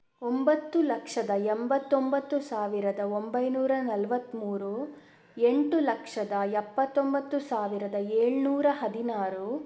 ಒಂಬತ್ತು ಲಕ್ಷದ ಎಂಬತೊಂಬತ್ತು ಸಾವಿರದ ಒಂಬೈನೂರ ನಲವತ್ತ್ಮೂರು ಎಂಟು ಲಕ್ಷದ ಎಪ್ಪತೊಂಬತ್ತು ಸಾವಿರದ ಏಳು ನೂರ ಹದಿನಾರು